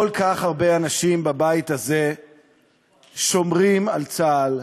כל כך הרבה אנשים בבית הזה שומרים על צה"ל,